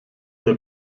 der